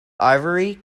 ivory